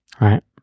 Right